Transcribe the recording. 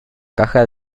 caja